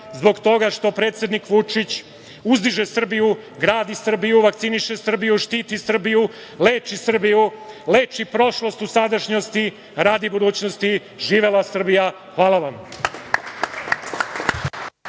zbog toga što predsednik Vučić uzdiže Srbiju, gradi Srbiju, vakciniše Srbiju, štiti Srbiju, leči Srbiju, leči prošlost u sadašnjosti radi budućnosti. Živela Srbija! Hvala vam.